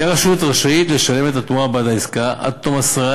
תהא הרשות רשאית לשלם את התמורה בעד העסקה עד תום עשרה